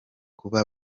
kuba